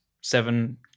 seven